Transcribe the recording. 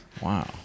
Wow